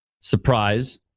surprise